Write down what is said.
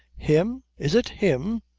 him! is it him!